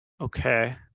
Okay